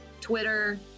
Twitter